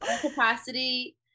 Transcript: Capacity